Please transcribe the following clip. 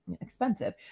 expensive